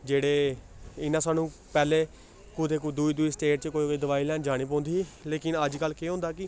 जेह्ड़े इ'यां सानूं पैह्लें कुदै दूई दूई स्टेट च कोई कोई दोआई लैन जाने पौंदी ही लेकिन अजकल्ल केह् होंदा कि